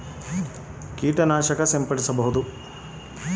ಸೂರ್ಯಕಾಂತಿ ಗಿಡಕ್ಕೆ ತಗುಲುವ ಕೋರಿ ಹುಳು ನಿಯಂತ್ರಿಸಲು ಏನು ಮಾಡಬೇಕು?